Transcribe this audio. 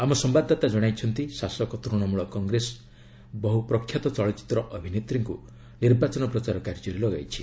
ଆମ ସମ୍ଭାଦଦାତା ଜଣାଇଛନ୍ତି ଶାସକ ତୃଣମୂଳ କଂଗ୍ରେସ ବହୁ ପ୍ରଖ୍ୟାତ ଚଳଚ୍ଚିତ୍ର ଅଭିନେତ୍ରୀଙ୍କୁ ନିର୍ବାଚନ ପ୍ରଚାର କାର୍ଯ୍ୟରେ ଲଗାଇଛି